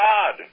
God